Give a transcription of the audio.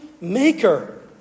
maker